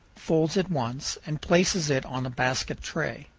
folds it once, and places it on a basket tray